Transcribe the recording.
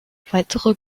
weitere